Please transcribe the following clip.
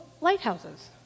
lighthouses